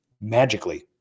Magically